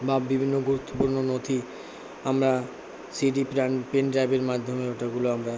বা বিভিন্ন গুরুত্বপূর্ণ নথি আমরা সিডি পেনড্রাইভের মাধ্যমে ওগুলো আমরা